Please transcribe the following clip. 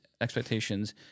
expectations